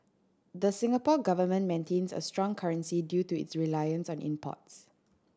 the Singapore Government maintains a strong currency due to its reliance on imports